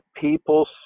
people